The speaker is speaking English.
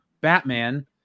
Batman